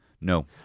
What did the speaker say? No